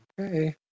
Okay